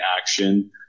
action